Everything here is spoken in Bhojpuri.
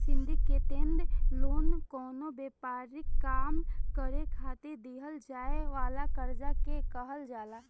सिंडीकेटेड लोन कवनो व्यापारिक काम करे खातिर दीहल जाए वाला कर्जा के कहल जाला